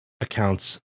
accounts